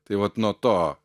tai vat nuo to